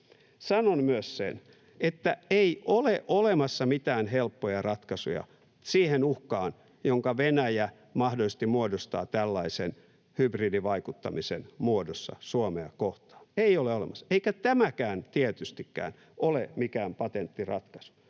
Sanon myös sen, että ei ole olemassa mitään helppoja ratkaisuja siihen uhkaan, jonka Venäjä mahdollisesti muodostaa tällaisen hybridivaikuttamisen muodossa Suomea kohtaan, ei ole olemassa. Eikä tämäkään tietystikään ole mikään patenttiratkaisu.